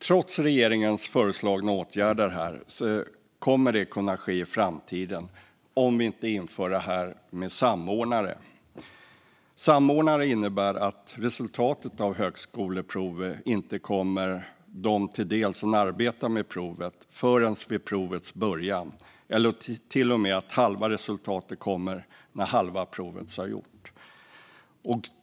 Trots regeringens föreslagna åtgärder kommer detta att kunna ske i framtiden, om vi inte inför det här med samordnare. Samordnare innebär att resultatet av högskoleprovet inte kommer dem till del som arbetar med provet förrän vid provets början. Det kan till och med vara så att hälften av resultatet kommer när halva provet har gjorts.